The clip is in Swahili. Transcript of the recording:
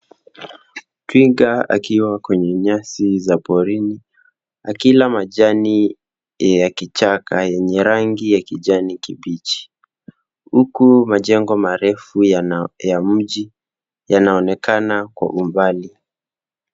Twiga akiwa kwenye nyasi za porini akila majani ya kichaka yenye rangi ya kijani kibichi huku majengo marefu ya mji yanaonekana kwa umbali.